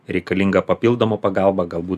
reikalinga papildoma pagalba galbūt